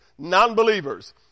nonbelievers